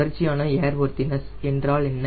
தொடர்ச்சியான ஏர்வொர்த்தினஸ் என்றால் என்ன